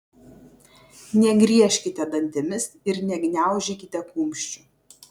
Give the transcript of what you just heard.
negriežkite dantimis ir negniaužykite kumščių